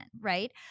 right